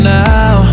now